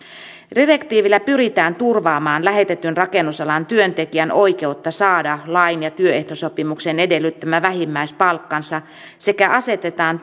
direktiivillä pyritään turvaamaan lähetetyn rakennusalan työntekijän oikeutta saada lain ja työehtosopimuksen edellyttämä vähimmäispalkkansa sekä asetetaan